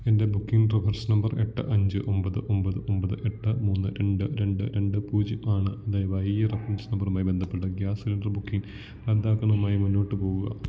എൻ്റെ booking reference number എട്ട് അഞ്ച് ഒമ്പത് ഒമ്പത് ഒമ്പത് എട്ട് മൂന്ന് എട്ട് രണ്ട് രണ്ട് രണ്ട് പൂജ്യം ആണ് ദയവായി ഈ റഫറൻസ് നമ്പറുമായി ബന്ധപ്പെട്ട ഗ്യാസ് സിലിണ്ടർ ബുക്കിംഗ് റദ്ദാക്കുന്നതുമായി മുന്നോട്ട് പോകുക